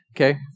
okay